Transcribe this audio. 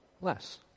less